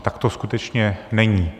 Tak to skutečně není.